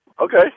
Okay